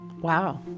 Wow